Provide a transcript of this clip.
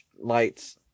lights